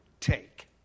Take